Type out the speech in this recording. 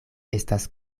estas